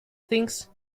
thinks